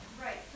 Right